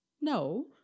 no